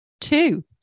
Two